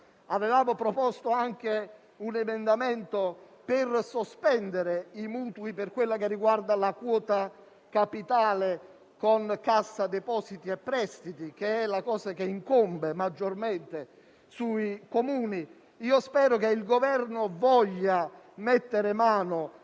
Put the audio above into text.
Avevamo proposto un emendamento per sospendere i mutui, per quello che riguarda la quota capitale, con la Cassa depositi e prestiti, che è ciò che incombe maggiormente sui Comuni. Spero dunque che il Governo voglia mettere mano